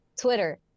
twitter